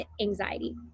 anxiety